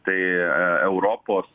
tai europos